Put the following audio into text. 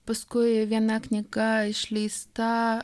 paskui viena knyga išleista